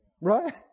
right